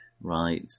Right